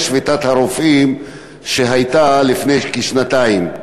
שביתת הרופאים שהייתה לפני כשנתיים.